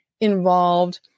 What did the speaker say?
involved